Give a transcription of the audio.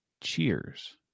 Cheers